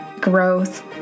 growth